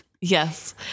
Yes